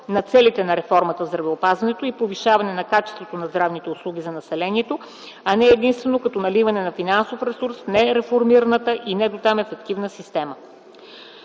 на целите на реформата в здравеопазването и повишаване на качеството на здравните услуги за населението, а не единствено като наливане на финансов ресурс в нереформирана и недотам ефективна система.